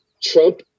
trump